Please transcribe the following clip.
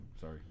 Sorry